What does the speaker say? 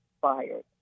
fired